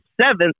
seventh